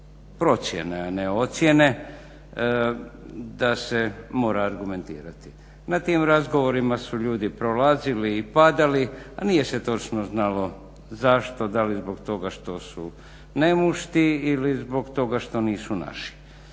procijene a ne ocijene da se mora argumentirati. Na tim razgovorima su ljudi prolazili i padali a nije se točno znalo zašto, da li zbog toga što su nemušti ili zbog toga što nisu naši.